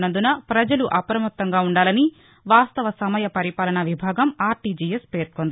న్నందున ప్రజలు అప్రమత్తంగా ఉండాలని వాస్తవ సమయ పరిపాలన విభాగం ఆర్టీజీఎస్ పేర్కొంది